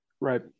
right